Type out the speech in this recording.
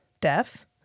deaf